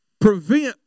prevent